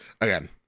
again